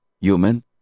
human